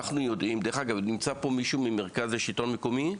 דרך אגב, נמצא פה מישהו ממרכז השלטון המקומי?